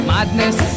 Madness